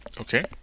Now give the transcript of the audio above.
Okay